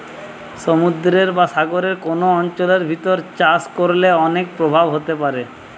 সমুদ্রের বা সাগরের কোন অঞ্চলের ভিতর চাষ করলে অনেক প্রভাব হতে পারে